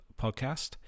podcast